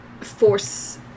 force